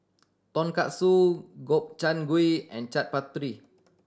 Tonkatsu Gobchang Gui and Chaat Papri